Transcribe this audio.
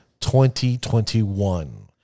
2021